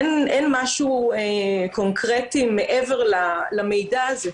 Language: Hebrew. אין משהו קונקרטי מעבר למידע הזה,